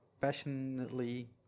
passionately